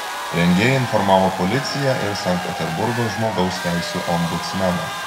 rengėjai informavo policiją ir sankt peterburgo žmogaus teisių ombudsmeną